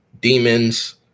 demons